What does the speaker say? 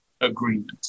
agreement